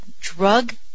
drug